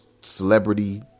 celebrity